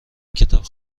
کتاب